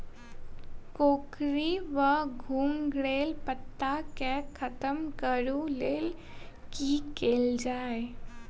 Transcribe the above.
कोकरी वा घुंघरैल पत्ता केँ खत्म कऽर लेल की कैल जाय?